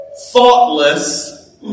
thoughtless